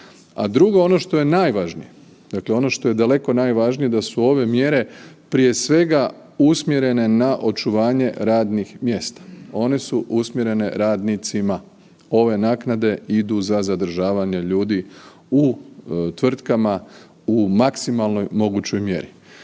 drugo ono što je najvažnije, dakle ono što je daleko najvažnije da su ove mjere prije svega usmjerene na očuvanje radnih mjesta. One su usmjerene radnicima. Ove naknade idu za zadržavanje ljudi u tvrtkama u maksimalno mogućoj mjeri.